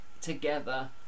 together